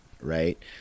right